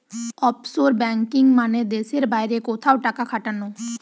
offshore banking মানে দেশের বাইরে কোথাও টাকা খাটানো